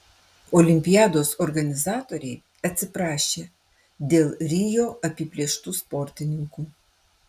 olimpiados organizatoriai atsiprašė dėl rio apiplėštų sportininkų